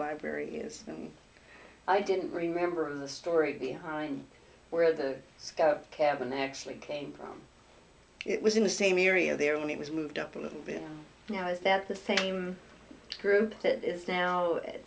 library is and i didn't remember the story behind where the scout cabin actually came from it was in the same area there when it was moved up a little bit now is that the same group that is now